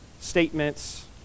statements